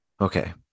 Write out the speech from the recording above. okay